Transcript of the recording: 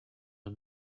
her